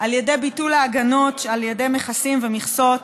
על ידי ביטול ההגנות על ידי מכסים ומכסות